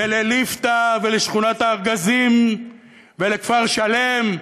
ולליפתא, ולשכונת-הארגזים ולכפר-שלם: